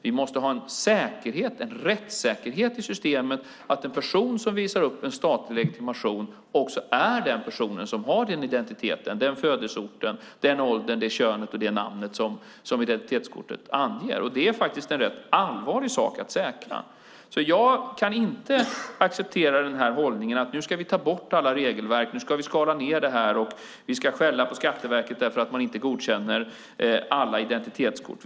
Vi måste ha en säkerhet, en rättssäkerhet i systemet, så att en person som visar upp en statlig legitimation också är den personen som har den identitet, den födelseort, den ålder, det kön och det namn som identitetskortet anger. Det är faktiskt en rätt allvarlig sak att säkra. Jag kan inte acceptera hållningen att vi nu ska ta bort alla regelverk, skala ned det här och skälla på Skatteverket för att man inte godkänner alla identitetskort.